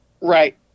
Right